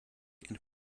and